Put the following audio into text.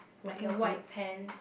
like the white pants